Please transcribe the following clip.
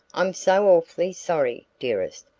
i'm so awfully sorry, dearest.